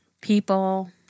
People